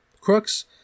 crooks